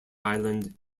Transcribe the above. island